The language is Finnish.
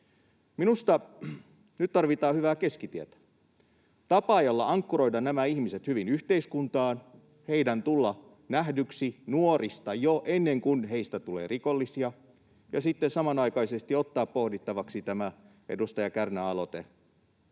Minusta nyt tarvitaan hyvää keskitietä, tapaa, jolla ankkuroida nämä ihmiset hyvin yhteiskuntaan, jolla he tulevat nähdyiksi nuoresta jo ennen kuin heistä tulee rikollisia, ja sitten samanaikaisesti olisi otettava pohdittavaksi tämä edustaja Kärnän aloite